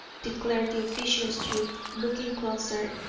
declared the officious youth, looking closer,